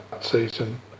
season